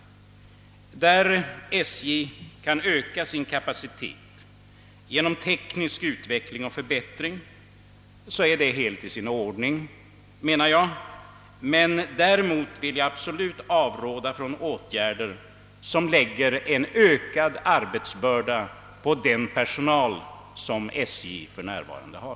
Där SJ kan öka sin kapacitet genom teknisk utveckling och förbättring menar jag att detta är helt i sin ordning. Däremot vill jag absolut avråda från åtgärder som lägger en ökad arbetsbörda på den personal SJ för närvarande har;